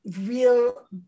real